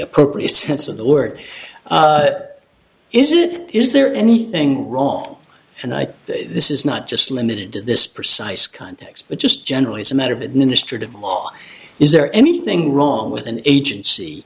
appropriate sense of the word is it is there anything wrong and i think this is not just limited to this precise context but just generally as a matter of administrative law is there anything wrong with an agency